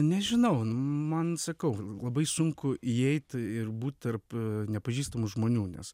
nežinau man sakau labai sunku įeit ir būt tarp nepažįstamų žmonių nes